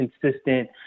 consistent